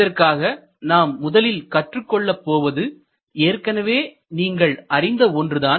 இதற்காக நாம் முதலில் கற்றுக் கொள்ளப் போவது ஏற்கனவே நீங்கள் அறிந்த ஒன்றுதான்